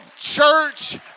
church